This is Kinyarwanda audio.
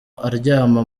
aryama